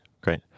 Great